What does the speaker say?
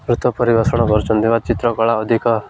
ନୃତ୍ୟ ପରିିବେଷଣ କରୁଛନ୍ତି ବା ଚିତ୍ରକଳା ଅଧିକ